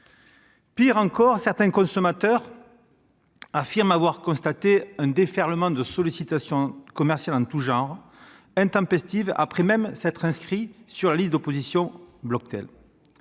Pis encore, certains consommateurs affirment avoir constaté un déferlement des sollicitations commerciales téléphoniques intempestives après s'être inscrits sur la liste d'opposition Bloctel.